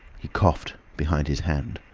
he coughed behind his hand.